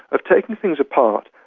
of taking things apart,